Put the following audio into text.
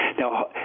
Now